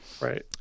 right